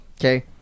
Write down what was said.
Okay